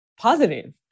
positive